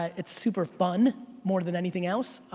ah it's super fun more than anything else.